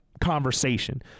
conversation